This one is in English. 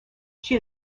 she